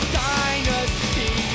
dynasty